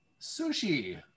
Sushi